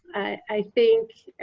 i think,